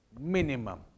minimum